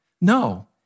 No